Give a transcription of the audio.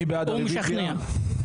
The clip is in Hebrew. הוא משכנע.